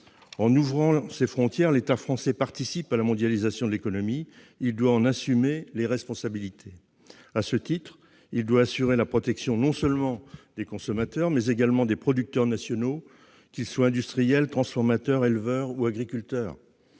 En ouvrant ses frontières, l'État français participe à la mondialisation de l'économie. Il doit en assumer les responsabilités. À ce titre, il doit assurer la protection non seulement des consommateurs, mais également des producteurs nationaux, qu'ils soient industriels, transformateurs, éleveurs ou agriculteurs.